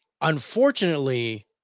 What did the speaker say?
unfortunately